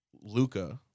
luca